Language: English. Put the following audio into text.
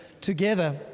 together